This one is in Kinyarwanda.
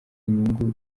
inyungu